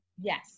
Yes